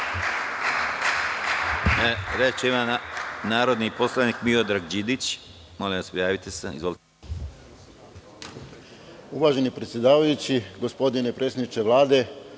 Reč ima narodni poslanik Miodrag Đidić. **Miodrag Đidić** Uvaženi predsedavajući, gospodine predsedniče Vlade,